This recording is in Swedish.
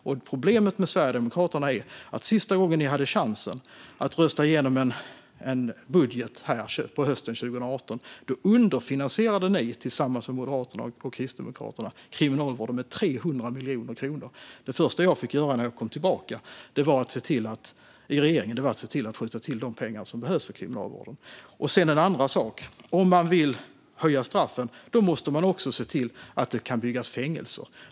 Men senaste gången Sverigedemokraterna fick chansen att rösta igenom en budget, hösten 2018, underfinansierade ni tillsammans med Moderaterna och Kristdemokraterna Kriminalvården med 300 miljoner kronor. Det första jag fick göra sedan var att skjuta till de pengar Kriminalvården behöver. En annan sak: Om man vill höja straffen måste man också se till att det kan byggas fängelser.